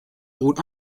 rôle